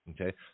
Okay